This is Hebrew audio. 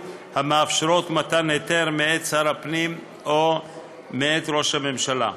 המאפשרות מתן היתר מאת שר הפנים או מאת ראש הממשלה.